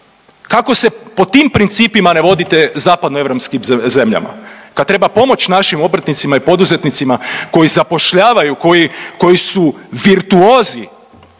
Kako se po tim principima ne vodite zapadnoeuropskim zemljama? Kad treba pomoći našim obrtnicima i poduzetnicima, koji zapošljavaju, koji su virtuozi.